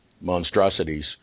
monstrosities